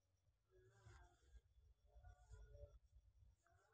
भारत ज्यादातर कार क़र्ज़ स लीयाल जा छेक